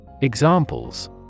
Examples